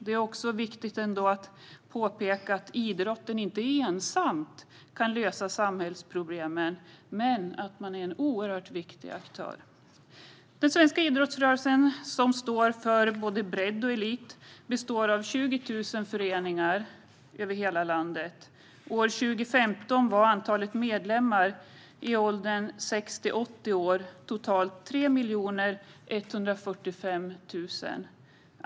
Det är ändå viktigt att påpeka att idrotten inte ensam kan lösa samhällsproblem men är en oerhört viktig aktör. Den svenska idrottsrörelsen, som står för både bredd och elit, består av 20 000 föreningar över hela landet. År 2015 var antalet medlemmar i åldrarna 6-80 år totalt 3 145 000.